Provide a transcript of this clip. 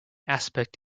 aspect